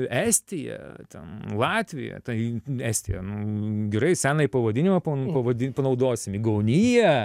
estija ten latvija tai estija nu gerai senąjį pavadinimą pa pavadi panaudosim eigaunija